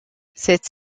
cette